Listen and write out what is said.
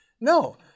No